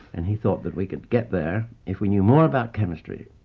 and he thought that we could get there if we knew more about chemistry.